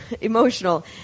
emotional